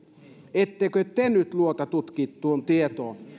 ettekö te nyt luota tutkittuun tietoon